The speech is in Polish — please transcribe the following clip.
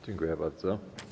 Dziękuję bardzo.